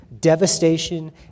devastation